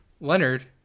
Leonard